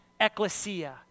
ecclesia